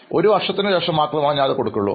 ഒരു വർഷത്തിനുശേഷം ഞാനത് നൽകാറുണ്ടായിരുന്നു